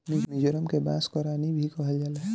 मिजोरम के बांस कअ रानी भी कहल जाला